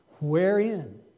Wherein